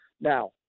now